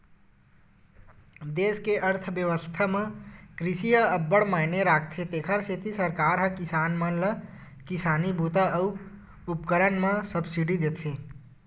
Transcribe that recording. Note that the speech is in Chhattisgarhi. देस के अर्थबेवस्था म कृषि ह अब्बड़ मायने राखथे तेखर सेती सरकार ह किसान मन ल किसानी बूता अउ उपकरन म सब्सिडी देथे